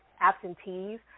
absentees